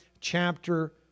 chapter